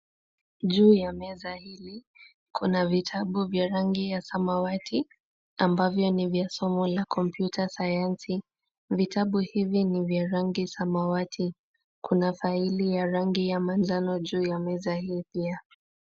Juu ya meza hili, kuna vitabu vya rangi ya samawati ambavyo ni vya somo la Computer Science . Vitabu hivi ni vya rangi samawati. Kuna faili ya rangi ya manjano ju ya meza hii pia.